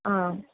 ആ